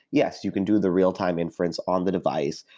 yes, you can do the real-time inference on the device,